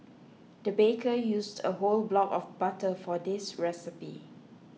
the baker used a whole block of butter for this recipe